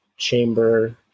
Chamber